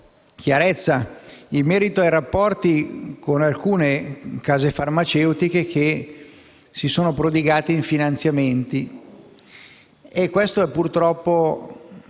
chiarezza in merito ai rapporti con alcune case farmaceutiche che si sono prodigate in finanziamenti. Questo è purtroppo